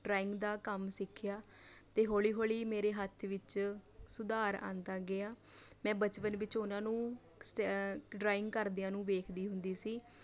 drawing ਦਾ ਕੰਮ ਸਿੱਖਿਆ ਅਤੇ ਹੌਲ਼ੀ ਹੌਲ਼ੀ ਮੇਰੇ ਹੱਥ ਵਿੱਚ ਸੁਧਾਰ ਆਉਂਦਾ ਗਿਆ ਮੈਂ ਬਚਪਨ ਵਿੱਚ ਉਹਨਾਂ ਨੂੰ ਸ ਡਰਾਇੰਗ ਕਰਦਿਆਂ ਨੂੰ ਵੇਖਦੀ ਹੁੰਦੀ ਸੀ